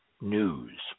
news